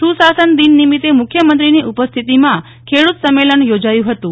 સુશાસન દિન નિમિત્તે મુખ્યમંત્રીની ઉપસ્થિમાં ખેડૂત સંમેલન યાેજાયું હતું